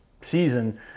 season